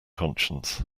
conscience